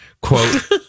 Quote